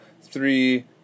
three